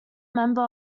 member